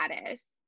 status